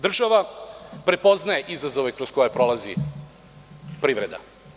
Država prepoznaje izazove kroz koje prolazi privreda.